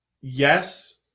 Yes